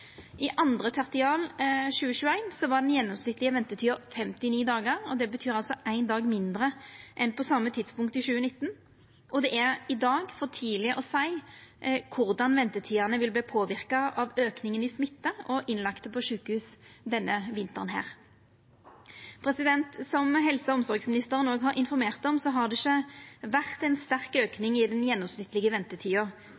I andre tertial 2021 var den gjennomsnittlege ventetida 59 dagar, og det betyr altså éin dag mindre enn på same tidspunkt i 2019. Det er i dag for tidleg å seia korleis ventetidene vil verta påverka av auken i smitte og innlagde på sjukehus denne vinteren. Som helse- og omsorgsministeren òg har informert om, har det ikkje vore ein sterk